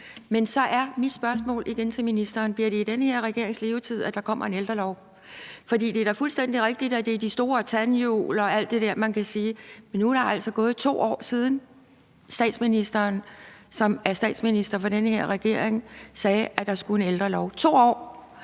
Men så er mit spørgsmål igen til ministeren: Bliver det i den her regerings levetid, at der kommer en ældrelov? For det er da fuldstændig rigtigt, at det er de store tandhjul og alt det der, man kan sige, men nu er der altså gået 2 år, siden statsministeren, som er statsminister for den her regering, sagde, at der skulle komme en ældrelov – 2 år,